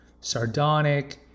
sardonic